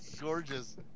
gorgeous